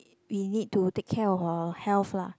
we need to take care of our health lah